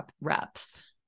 reps